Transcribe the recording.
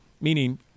meaning